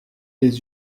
les